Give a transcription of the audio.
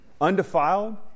undefiled